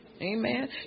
Amen